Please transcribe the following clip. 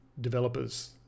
developers